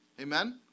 Amen